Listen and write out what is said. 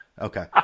okay